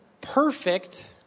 perfect